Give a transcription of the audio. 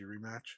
rematch